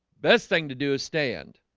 best thing to do is stand